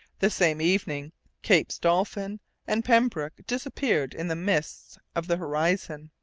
the same evening capes dolphin and pembroke disappeared in the mists of the horizon.